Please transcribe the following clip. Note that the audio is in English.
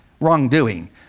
wrongdoing